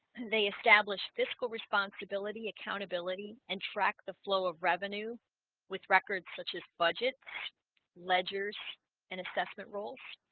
they establish fiscal responsibility accountability and track the flow of revenue with records such as budget ledger's and assessment roles